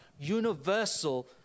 universal